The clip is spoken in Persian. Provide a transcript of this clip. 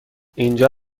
اینجا